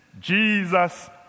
Jesus